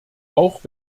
auch